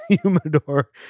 humidor